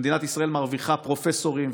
מדינת ישראל מרוויחה פרופסורים,